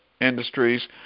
industries